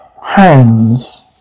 hands